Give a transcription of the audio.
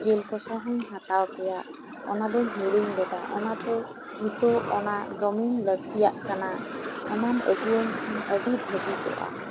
ᱡᱤᱞ ᱠᱚᱥᱟ ᱦᱚᱧ ᱦᱟᱛᱟᱣ ᱠᱮᱭᱟ ᱚᱱᱟ ᱫᱩᱧ ᱦᱤᱲᱤᱧ ᱞᱮᱫᱟ ᱚᱱᱟᱛᱮ ᱱᱤᱛᱚᱜ ᱚᱱᱟ ᱫᱚᱢᱤᱧ ᱞᱟᱹᱠᱛᱤᱭᱟᱜ ᱠᱟᱱᱟ ᱚᱱᱟᱢ ᱟᱹᱜᱩᱭᱟᱹᱧ ᱠᱷᱟᱱ ᱟᱹᱰᱤ ᱵᱷᱟᱹᱜᱤ ᱠᱚᱜᱼᱟ